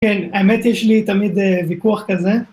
כן, האמת, יש לי תמיד ויכוח כזה.